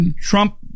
Trump